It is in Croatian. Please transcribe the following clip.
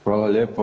Hvala lijepo.